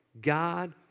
God